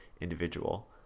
individual